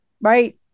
Right